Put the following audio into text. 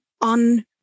on